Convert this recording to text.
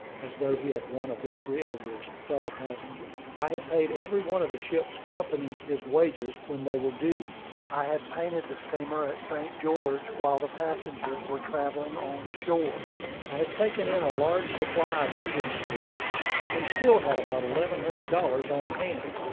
as though he had won a victory over his fellow-passenger. i had paid every one of the ship's company his wages when they were due i had painted the steamer at st. george, while the passengers were travelling on shore i had taken in a large supply of engine stores and still had about eleven hundred dollars on hand.